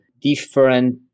different